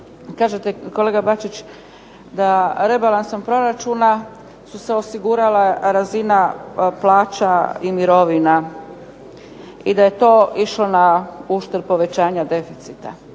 Kažete kolega Bačić da rebalansom proračuna su se osigurale razina plaća i mirovina i da je to išlo na uštrb povećanja deficita.